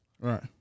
Right